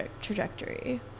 trajectory